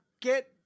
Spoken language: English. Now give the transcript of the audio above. get